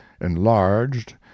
enlarged